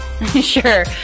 Sure